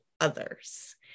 others